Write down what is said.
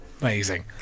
Amazing